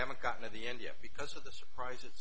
haven't gotten to the end yet because of the surprise